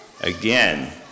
again